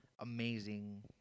amazing